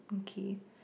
okay